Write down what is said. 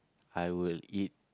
I will eat